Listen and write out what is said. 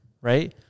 Right